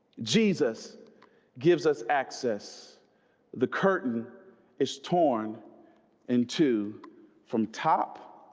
jesus gives us access the curtain is torn in two from top